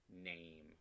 name